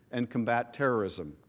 and combat terrorism.